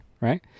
right